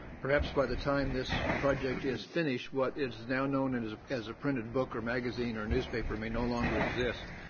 perhaps by the time this project is finished what is now known and as a printed book or magazine or a newspaper may no longer exist,